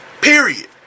Period